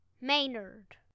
Maynard